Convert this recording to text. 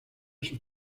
sus